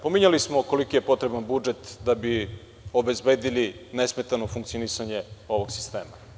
Pominjali smo koliki je potreban budžet da bismo obezbedili nesmetano funkcionisanje ovog sistema.